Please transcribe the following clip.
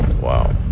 Wow